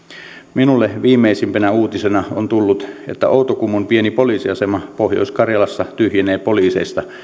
minulle viimeisimpänä uutisena on tullut että outokummun pieni poliisiasema pohjois karjalassa tyhjenee poliiseista